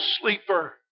sleeper